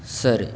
ಸರಿ